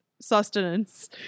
sustenance